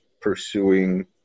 pursuing